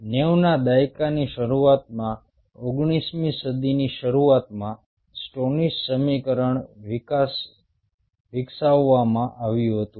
90 ના દાયકાની શરૂઆતમાં ઓગણીસમી સદીની શરૂઆતમાં સ્ટોનીસ સમીકરણ વિકસાવવામાં આવ્યું હતું